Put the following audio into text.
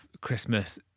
Christmas